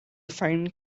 find